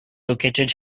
located